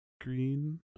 green